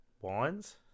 Wines